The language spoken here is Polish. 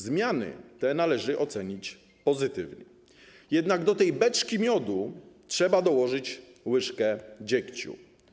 Zmiany te należy ocenić pozytywnie, jednak do tej beczki miodu trzeba dołożyć łyżkę dziegciu.